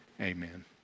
Amen